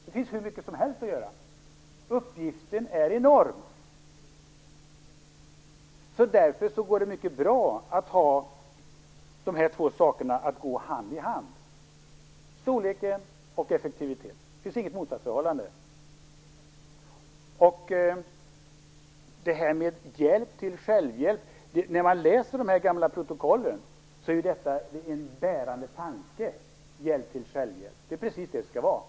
Det finns hur mycket som helst att göra. Uppgiften är enorm. Därför går det mycket bra att få biståndets storlek och effektiviteten att gå hand i hand. Det finns inget motsatsförhållande. Det talas om hjälp till självhjälp. När man läser de gamla protokollen ser man att detta var en bärande tanke. Det är precis så det skall vara.